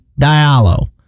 Diallo